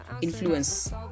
influence